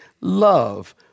love